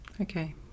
Okay